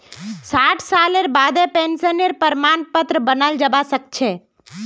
साठ सालेर बादें पेंशनेर प्रमाण पत्र बनाल जाबा सखछे